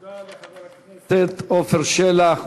תודה לחבר הכנסת עפר שלח.